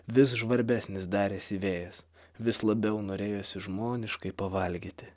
vis žvarbesnis darėsi vėjas vis labiau norėjosi žmoniškai pavalgyti